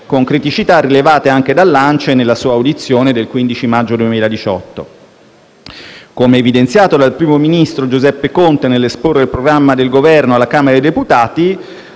costruttori edili (ANCE) nella sua audizione del 15 maggio 2018. Come evidenziato dal primo ministro Giuseppe Conte nell'esporre il programma del Governo alla Camera dei deputati,